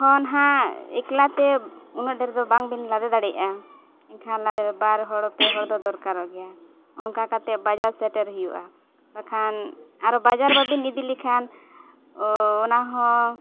ᱠᱷᱚᱱ ᱦᱟᱸᱜ ᱮᱠᱞᱟ ᱛᱮ ᱩᱱᱟᱹᱜ ᱰᱷᱮᱨ ᱦᱟᱸᱜ ᱵᱟᱝᱵᱤᱱ ᱞᱟᱫᱮ ᱫᱟᱲᱮᱭᱟᱜᱼᱟ ᱮᱱᱠᱷᱟᱱ ᱚᱱᱟᱨᱮ ᱵᱟᱨ ᱦᱚᱲ ᱯᱮ ᱦᱚᱲ ᱫᱚ ᱫᱚᱨᱠᱟᱨᱚᱜ ᱜᱮᱭᱟ ᱚᱱᱠᱟ ᱠᱟᱛᱮᱫ ᱵᱟᱡᱟᱨ ᱥᱮᱴᱮᱨ ᱦᱩᱭᱩᱜᱼᱟ ᱵᱟᱠᱷᱟᱱ ᱟᱨᱚ ᱵᱟᱡᱟᱨ ᱵᱟᱹᱵᱤᱱ ᱤᱫᱤ ᱞᱮᱠᱷᱟᱱ ᱚᱱᱟ ᱦᱚᱸ